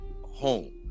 home